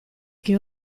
che